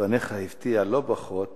לפניך הפתיע לא פחות